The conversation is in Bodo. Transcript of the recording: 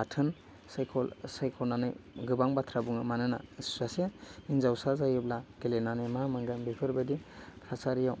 आथोन सायख' सायख'नानै गोबां बाथ्रा बुङो मानोना सासे हिन्जावसा जायोब्ला गेलेनानै मा मोनगोन बेफोरबादि थासारियाव